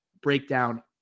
breakdown